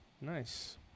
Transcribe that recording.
Nice